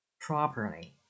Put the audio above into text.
Properly